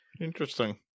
Interesting